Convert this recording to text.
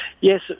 Yes